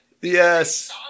yes